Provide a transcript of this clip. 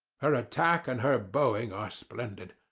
her attack and her bowing are splendid.